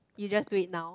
you just do it now